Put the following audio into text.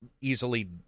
easily